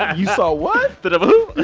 you saw what? but um and